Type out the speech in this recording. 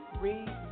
Read